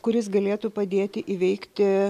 kuris galėtų padėti įveikti